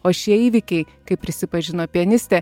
o šie įvykiai kaip prisipažino pianistė